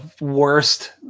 worst